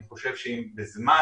אין איכוני שב"כ